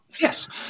Yes